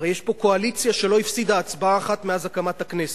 הרי יש פה קואליציה שלא הפסידה הצבעה אחת מאז הקמת הכנסת,